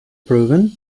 proven